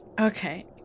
Okay